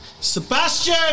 Sebastian